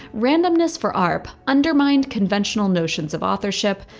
randomness for arp undermined conventional notions of authorship.